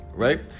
right